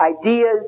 ideas